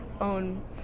own